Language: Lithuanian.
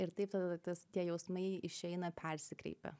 ir taip tada tas tie jausmai išeina persikreipę